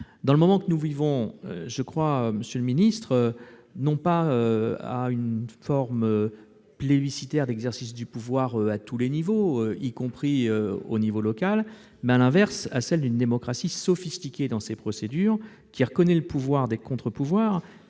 Dans le moment que nous vivons, je crois, monsieur le secrétaire d'État, non pas à une forme plébiscitaire d'exercice du pouvoir à tous les niveaux, y compris au niveau local, mais, inversement, à une démocratie sophistiquée dans ses procédures, qui reconnaît le pouvoir des contre-pouvoirs